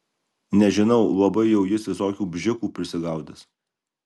nežinau labai jau jis visokių bžikų prisigaudęs